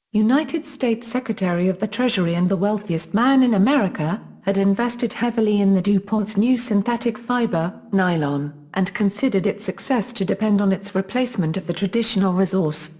united states secretary of the treasury and the wealthiest man in america, had invested heavily in the dupont's new synthetic fiber, nylon, and considered its success to depend on its replacement of the traditional resource,